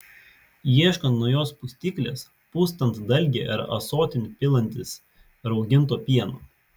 ieškant naujos pustyklės pustant dalgį ar ąsotin pilantis rauginto pieno